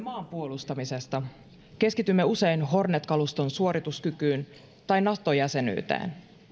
maan puolustamisesta keskitymme usein hornet kaluston suorituskykyyn tai nato jäsenyyteen